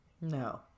No